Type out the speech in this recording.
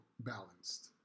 balanced